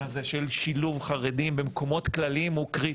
הזה של שילוב חרדים במקומות כלליים הוא קריטי.